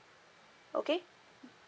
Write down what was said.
okay